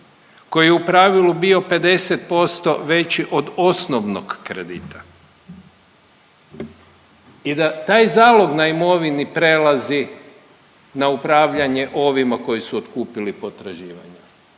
koji je u pravilu bio 50% veći od osnovnog kredita. I da taj zalog na imovini prelazi na upravljanje ovima koji su otkupili potraživanje.